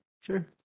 Sure